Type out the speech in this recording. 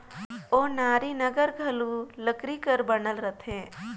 ओनारी नांगर घलो लकरी कर बनल रहथे